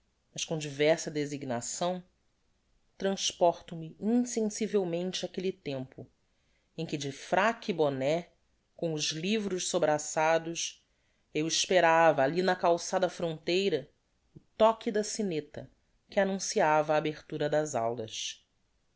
mas com diversa designação transporto me insensivelmente áquelle tempo em que de fraque e boné com os livros sobraçados eu esperava alli na calçada fronteira o toque da sineta que annunciava a abertura das aulas